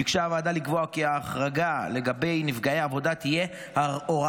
ביקשה הוועדה לקבוע כי ההחרגה לגבי נפגעי עבודה תהיה הוראת